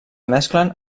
mesclen